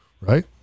right